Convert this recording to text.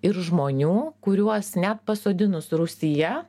ir žmonių kuriuos net pasodinus rūsyje